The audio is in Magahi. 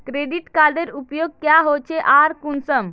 क्रेडिट कार्डेर उपयोग क्याँ होचे आर कुंसम?